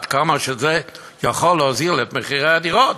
עד כמה שזה יכול להוזיל את הדירות